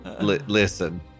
listen